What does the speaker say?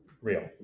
Real